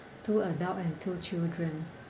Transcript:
two adult and two children